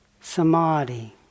samadhi